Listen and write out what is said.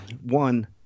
one